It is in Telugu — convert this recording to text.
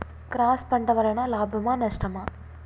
క్రాస్ పంట వలన లాభమా నష్టమా?